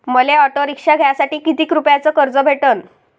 मले auto rickshaw घ्यासाठी कितीक रुपयाच कर्ज भेटनं?